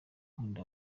nkunda